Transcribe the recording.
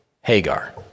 Hagar